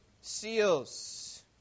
seals